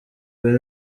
bari